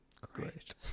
great